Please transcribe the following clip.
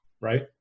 right